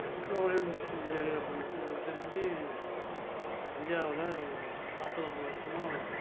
petroleum engineering அப்படின்னுட்டு எனக்கு தெரிஞ்சு இந்தியாவில் ஒரு நாற்பது ஐம்பது வருஷமா